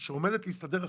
שעומדת להסתדר החקיקה.